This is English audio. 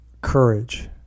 courage